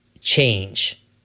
change